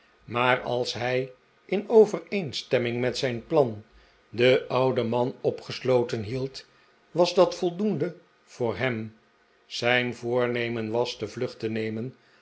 maar als hij in overeenstemming met zijn plan den ouden man opgesloten hield was dat voldoende voor hem zijn voornemen was de vlucht te nemen